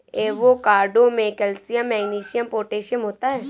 avocado में calcium magnesium potassium होता है